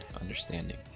understanding